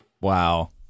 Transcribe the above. Wow